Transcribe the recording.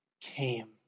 came